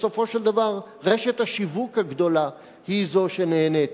בסופו של דבר, רשת השיווק הגדולה היא זאת שנהנית.